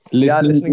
listening